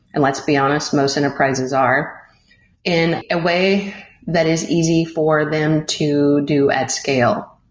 and let's be honest, most enterprises are in a way that is easy for them to do at scale.